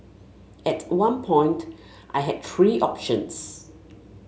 at one point I had three options